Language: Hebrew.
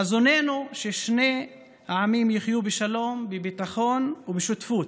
חזוננו, ששני העמים יחיו בשלום, בביטחון ובשותפות.